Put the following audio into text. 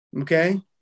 okay